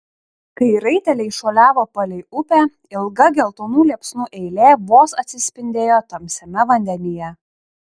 kai raiteliai šuoliavo palei upę ilga geltonų liepsnų eilė vos atsispindėjo tamsiame vandenyje